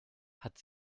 hat